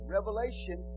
Revelation